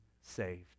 saved